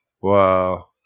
Wow